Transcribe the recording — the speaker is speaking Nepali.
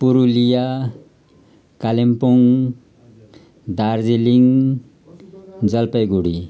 पुरुलिया कालिम्पोङ दार्जिलिङ जलपाइगुडी